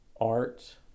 art